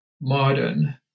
modern